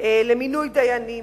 למינוי דיינים,